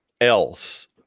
else